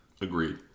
Agreed